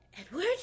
Edward